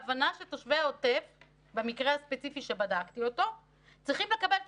ההבנה שתושבי העוטף במקרה הספציפי שבדקתי אותו צריכים לקבל את